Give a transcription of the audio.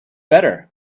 better